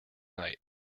night